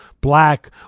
black